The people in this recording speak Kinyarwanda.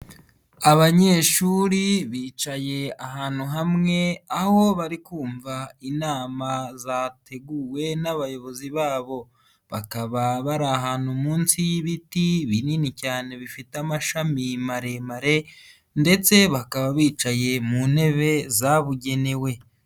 Abanyeshuri bicaye ahantu hamwe aho bari kumva inama zateguwe n'abayobozi babo, bakaba bari ahantu munsi y'ibiti binini cyane bifite amashami maremare ndetse bakaba bicaye mu ntebe zabugenewe.